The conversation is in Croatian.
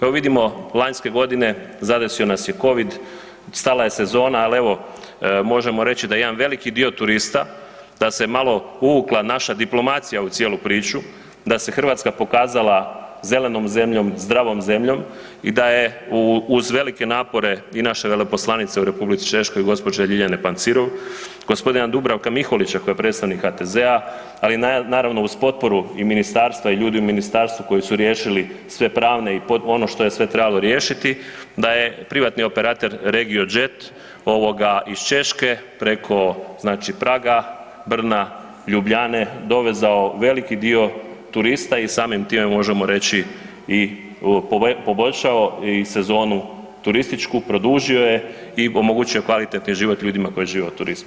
Evo vidimo lanjske godine zadesio nas je covid, stala je sezona, ali evo možemo reći da jedan veliki dio turista da se malo uvukla naša diplomacija u cijelu priču, da se Hrvatska pokazala zelenom zemljom, zdravom zemljom i da je uz velike napore i naše veleposlanice u Republici Češkoj gospođe Ljiljane Panciru, g. Dubravka Miholića koji je predstavnik HTZ-a, ali naravno uz potporu i ministarstva i ljudi u ministarstvu koji su riješili sve pravne i ono što je sve trebalo riješiti, da je privatni operater RegioJet iz Češke preko Praga, Brna, Ljubljane dovezao veliki dio turista i samim time možemo reći i poboljšao sezonu turističku, produžio je i omogućio kvalitetni život ljudima koji žive od turizma.